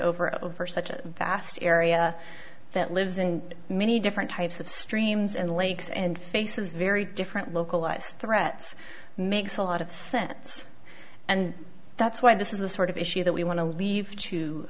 over over such a vast area that lives in many different types of streams and lakes and faces very different localized threats makes a lot of sense and that's why this is the sort of issue that we want to leave to